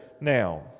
now